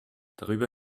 darüber